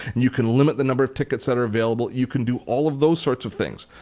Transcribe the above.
you can limit the number of tickets that are available. you can do all of those sorts of things.